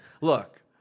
Look